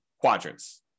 quadrants